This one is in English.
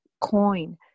coin